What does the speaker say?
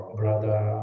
brother